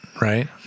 right